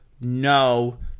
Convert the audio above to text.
no